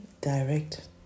direct